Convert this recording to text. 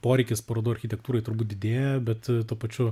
poreikis parodų architektūroj turbūt didėja bet tuo pačiu